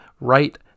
right